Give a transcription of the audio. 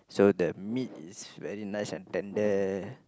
so the meat is very nice and tender